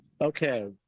okay